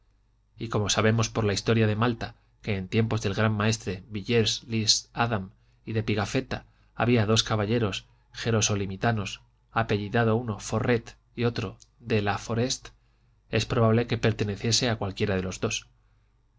y coma sabemos por la historia de malta que en tiempos del gran maestre villers lisie adam y de pigafetta había dos caballeros jerosolimitanos apellidados uno forret y otro de la forte es probable que perteneciese a cualquiera de los dos